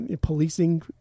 policing